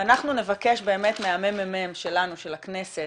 ואנחנו נבקש מהממ"מ של הכנסת